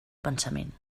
pensament